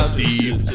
Steve